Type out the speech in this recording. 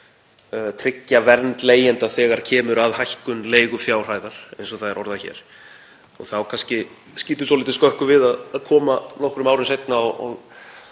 tryggja vernd þeirra þegar kemur að hækkun leigufjárhæðar, eins og það er orðað hér. Þá skýtur kannski svolítið skökku við að koma nokkrum árum seinna og